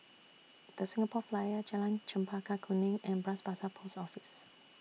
The Singapore Flyer Jalan Chempaka Kuning and Bras Basah Post Office